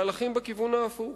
מהלכים בכיוון ההפוך.